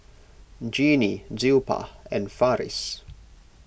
Genie Zilpah and Farris